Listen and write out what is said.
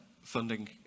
funding